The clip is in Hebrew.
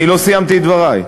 אני לא סיימתי את דברי.